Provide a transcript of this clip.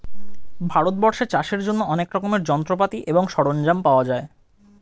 ভারতবর্ষে চাষের জন্য অনেক রকমের যন্ত্রপাতি এবং সরঞ্জাম পাওয়া যায়